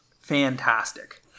fantastic